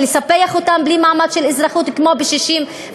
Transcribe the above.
לספח אותם בלי מעמד של אזרחות כמו ב-1967?